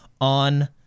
on